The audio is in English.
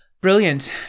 brilliant